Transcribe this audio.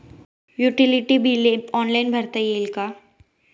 Utility बिले online भरता येतील का?